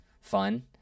fun